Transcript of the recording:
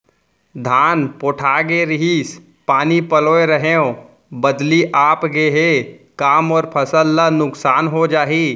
धान पोठागे रहीस, पानी पलोय रहेंव, बदली आप गे हे, का मोर फसल ल नुकसान हो जाही?